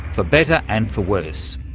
for better and for worse.